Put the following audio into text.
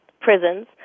prisons